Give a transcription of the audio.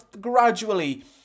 gradually